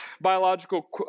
biological